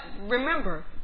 remember